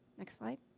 next slide.